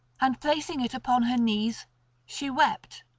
and placing it upon her knees she wept.